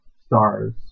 stars